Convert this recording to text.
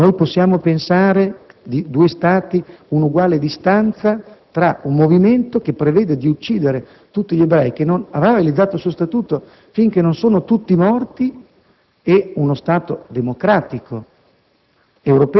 possiamo pensare: due Stati, un'uguale distanza tra un movimento che prevede di uccidere tutti gli ebrei e che non avrà realizzato il suo Statuto finché non sono tutti morti e uno Stato democratico,